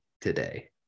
today